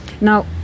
Now